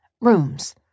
rooms